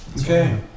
Okay